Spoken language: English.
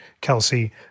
Kelsey